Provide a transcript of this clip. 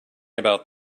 about